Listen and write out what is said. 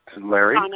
Larry